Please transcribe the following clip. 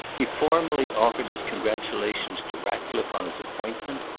he formally offered his congratulations to ratcliffe on his appointment.